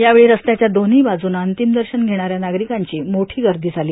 यावेळी रस्त्याच्या दोव्ही बाजूनं अंतिम दर्शन घेणाऱ्या नागरिकांची मोठी गर्दी झाली